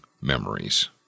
memories